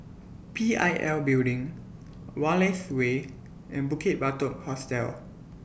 P I L Building Wallace Way and Bukit Batok Hostel